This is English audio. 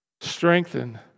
Strengthen